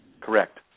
Correct